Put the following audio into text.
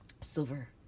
silver